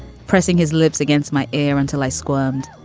pressing his lips against my air until i squirmed.